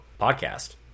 podcast